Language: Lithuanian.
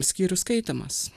skyrių skaitymas